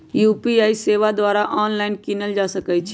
UPI सेवा द्वारा online कीनल जा सकइ छइ